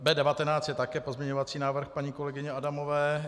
B19 je také pozměňovací návrh paní kolegyně Adamové.